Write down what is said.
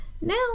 Now